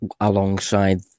alongside